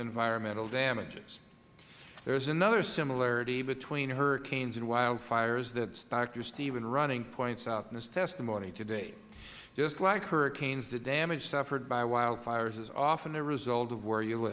environmental damages there is another similarity between hurricanes and wildfires that doctor steven running points out in his testimony today just like the hurricanes the damage suffered by wildfires is often the result of where you